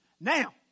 Now